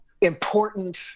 important